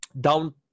down